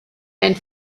and